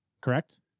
correct